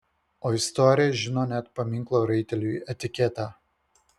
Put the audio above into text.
o istorija žino net paminklo raiteliui etiketą